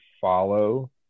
follow